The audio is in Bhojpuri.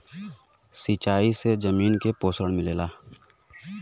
सिंचाई से जमीन के पोषण मिलेला